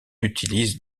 utilise